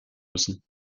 müssen